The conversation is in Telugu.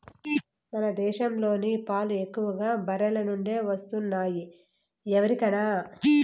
మన దేశంలోని పాలు ఎక్కువగా బర్రెల నుండే వస్తున్నాయి ఎరికనా